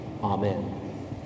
Amen